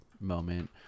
moment